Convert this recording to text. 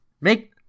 Make